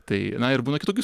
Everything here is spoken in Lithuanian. tai na ir būna kitokių